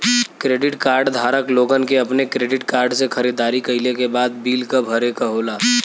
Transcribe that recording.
credit card धारक लोगन के अपने क्रेडिट कार्ड से खरीदारी कइले के बाद बिल क भरे क होला